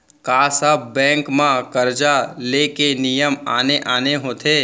का सब बैंक म करजा ले के नियम आने आने होथे?